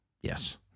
Yes